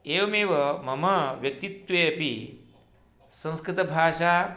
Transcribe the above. एवमेव मम व्यक्तित्वे अपि संस्कृतभाषा